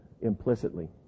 implicitly